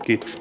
kiitos